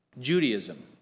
Judaism